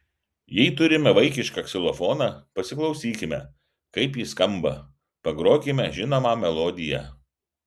jei turime vaikišką ksilofoną pasiklausykime kaip jis skamba pagrokime žinomą melodiją